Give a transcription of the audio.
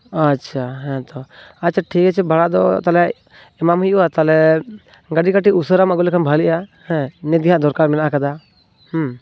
ᱟᱪᱪᱷᱟ ᱦᱮᱸᱛᱚ ᱟᱪᱪᱷᱟ ᱴᱷᱤᱠ ᱟᱪᱷᱮ ᱵᱷᱟᱲᱟ ᱫᱚ ᱛᱟᱦᱚᱞᱮ ᱮᱢᱟᱢ ᱦᱩᱭᱩᱜᱼᱟ ᱛᱟᱦᱚᱞᱮ ᱜᱟᱹᱰᱤ ᱠᱟᱹᱴᱤᱡ ᱩᱥᱟᱹᱨᱟᱢ ᱟᱹᱜᱩ ᱞᱮᱠᱷᱟᱱ ᱵᱷᱟᱹᱜᱤᱜᱼᱟ ᱦᱮᱸ ᱱᱤᱛᱜᱮ ᱦᱟᱸᱜ ᱫᱚᱨᱠᱟᱨ ᱢᱮᱱᱟᱜ ᱟᱠᱟᱫᱟ